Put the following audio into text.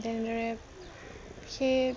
যেনেদৰে সেই